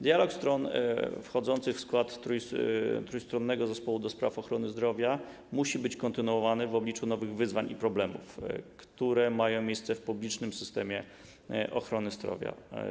Dialog stron wchodzących w skład Zespołu Trójstronnego ds. Ochrony Zdrowia musi być kontynuowany w obliczu nowych wyzwań i problemów, które mają miejsce w publicznym systemie ochrony zdrowia.